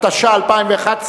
התשע"א 2011,